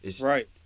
Right